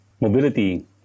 mobility